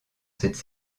cette